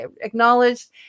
acknowledged